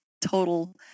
total